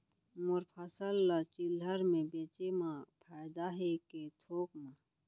मोर फसल ल चिल्हर में बेचे म फायदा है के थोक म?